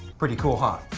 pretty cool huh!